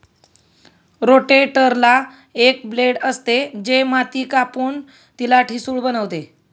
रोटेटरला एक ब्लेड असते, जे माती कापून तिला ठिसूळ बनवते